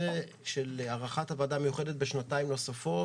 הארכת הוועדה המיוחדת בשנתיים נוספות